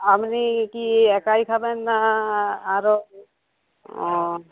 আপনি কি একাই খাবেন না আরও ও